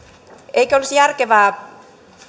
eikö olisi järkevää